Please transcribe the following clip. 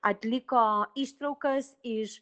atliko ištraukas iš